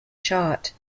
shot